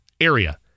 area